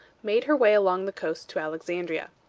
made her way along the coast to alexandria.